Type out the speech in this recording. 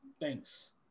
Thanks